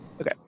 Okay